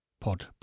POD